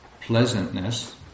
pleasantness